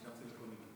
תודה רבה.